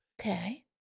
Okay